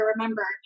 remember